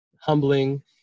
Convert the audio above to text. humbling